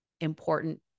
important